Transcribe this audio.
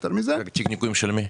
תיק ניכויים של מי?